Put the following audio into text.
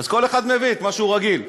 אז כל אחד מביא את מה שהוא רגיל לו.